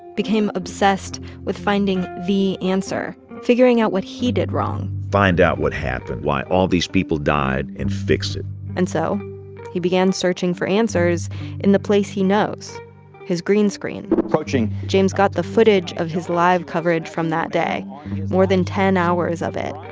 became obsessed with finding the answer, figuring out what he did wrong find out what happened, why all these people died, and fix it and so he began searching for answers in the place he knows his green screen approaching. james got the footage of his live coverage from that day more than ten hours of it.